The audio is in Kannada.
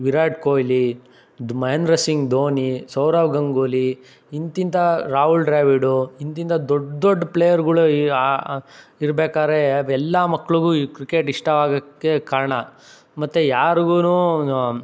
ವಿರಾಟ್ ಕೊಹ್ಲಿ ದ್ ಮಹೇಂದ್ರ ಸಿಂಗ್ ಧೋನಿ ಸೌರವ್ ಗಂಗೂಲಿ ಇಂತಿಂಥ ರಾಹುಲ್ ದ್ರಾವಿಡ್ ಇಂತಿಂಥ ದೊಡ್ಡ ದೊಡ್ಡ ಪ್ಲೇಯರ್ಗಳು ಇರ್ಬೇಕಾದ್ರೆ ಎಲ್ಲ ಮಕ್ಕಳಿಗೂ ಈ ಕ್ರಿಕೆಟ್ ಇಷ್ಟವಾಗೋಕ್ಕೆ ಕಾರಣ ಮತ್ತು ಯಾರ್ಗೂ